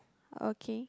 okay